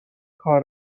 کار